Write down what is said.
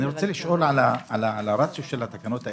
אני רוצה לשאול על הרציו של התקנות האלה.